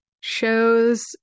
shows